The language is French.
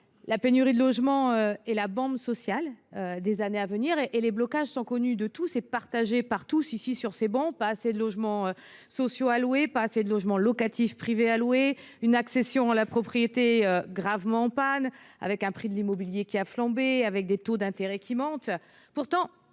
la pénurie de logements est la « bombe sociale » des années à venir. Les blocages sont connus de tous sur ces travées : pas assez de logements sociaux à louer ; pas assez de logements locatifs privés à louer ; une accession à la propriété gravement en panne du fait d’un prix de l’immobilier qui a flambé et de taux d’intérêt qui montent.